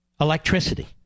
Electricity